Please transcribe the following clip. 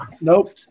Nope